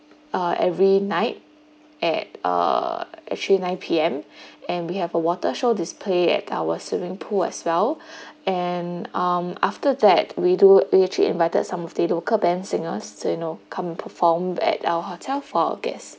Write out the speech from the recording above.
uh every night at uh actually nine P_M and we have a water show display at our swimming pool as well and um after that we do we actually invited some of the local band singers so you know come performed at our hotel for guests